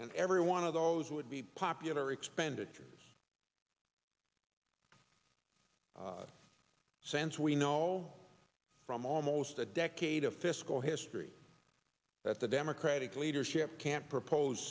and every one of those would be popular expenditures since we know from almost a decade of fiscal history that the democratic leadership can't propose